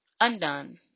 undone